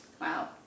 wow